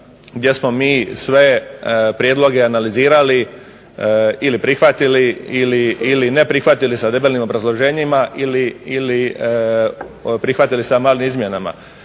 gdje smo mi sve prijedloge analizirali ili prihvatili ili ne prihvatili sa debelim obrazloženjima ili prihvatili sa malim izmjenama.